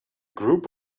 group